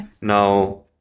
Now